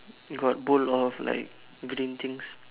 got bowl of like green things